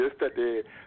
yesterday